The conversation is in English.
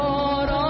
Lord